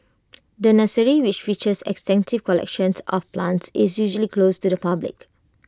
the nursery which features extensive collections of plants is usually closed to the public